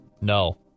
No